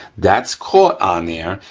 that's caught on there,